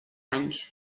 anys